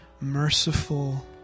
merciful